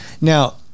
Now